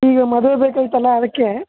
ಈಗ ಮದ್ವೆಗೆ ಬೇಕಾಗಿತ್ತಲ್ವಾ ಅದಕ್ಕೆ